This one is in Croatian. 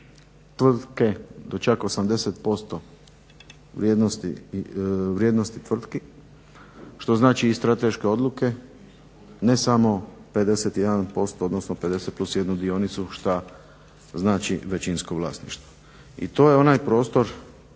tvrtke do čak 80% vrijednosti tvrtki što znači i strateške odluke ne samo 51% odnosno 50+1 dionicu šta znači većinsko vlasništvo. I to je onaj prostor